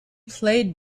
played